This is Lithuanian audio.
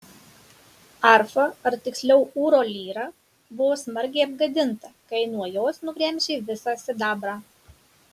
arfa ar tiksliau ūro lyra buvo smarkiai apgadinta kai nuo jos nugremžė visą sidabrą